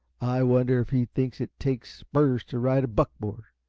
i wonder if he thinks it takes spurs to ride a buckboard?